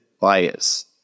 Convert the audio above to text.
bias